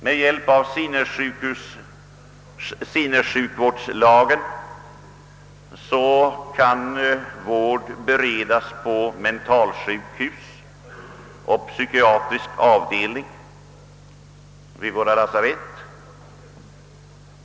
Med hjälp av sinnessjukvårdslagen kan vård beredas på mentalsjukhus och på psykiatrisk avdelning vid lasarett.